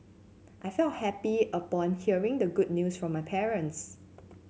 I felt happy upon hearing the good news from my parents